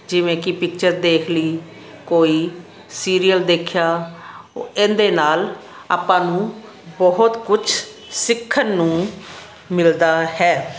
ਜਿਵੇਂ ਕਿ ਪਿਕਚਰ ਦੇਖ ਲਈ ਕੋਈ ਸੀਰੀਅਲ ਦੇਖਿਆ ਇਹਦੇ ਨਾਲ ਆਪਾਂ ਨੂੰ ਬਹੁਤ ਕੁਛ ਸਿੱਖਣ ਨੂੰ ਮਿਲਦਾ ਹੈ